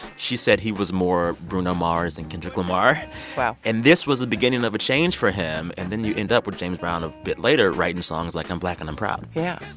she said he was more bruno mars than and kendrick lamar wow and this was the beginning of a change for him. and then you end up with james brown a bit later writing songs like i'm black and i'm proud yeah.